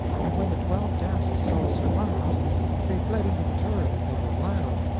and when the twelve damsels saw sir marhaus they fled into the turret as they were wild,